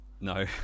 no